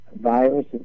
virus